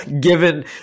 Given